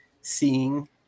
seeing